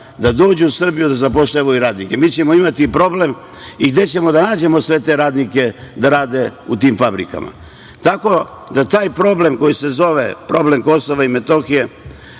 fabrika u Srbiju, da zaposle radnike. Imaćemo problem – gde ćemo da nađemo sve te radnike da rade u tim fabrikama? Taj problem koji se zove problem Kosova i Metohije